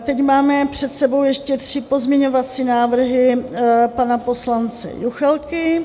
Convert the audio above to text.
Teď máme před sebou ještě tři pozměňovací návrhy pana poslance Juchelky.